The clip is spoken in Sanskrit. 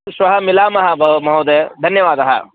श्वः मिलामः भोः महोदय धन्यवादः